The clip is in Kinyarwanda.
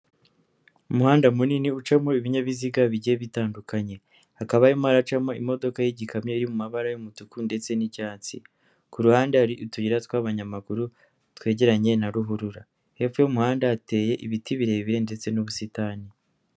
Umuhanda munini ucamo ibinyabiziga bigiye bitandukanye, hakabamoracamo imodoka y'igikamyo iri mu mabara y'umutuku, ndetse n'icyansi, ku ruhande hari utuyira tw'abanyamaguru twegeranye na ruhurura, hepfo y'umuhanda hateye ibiti birebire ndetse n'ubusitani.